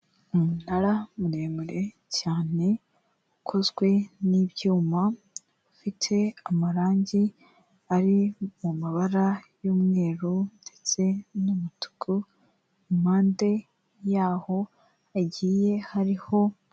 Umunara muremure cyane ukozwe n'ibyuma, ufite amarangi ari mu mabara y'umweru ndetse n'umutuku, mu mpande yaho yagiye hariho...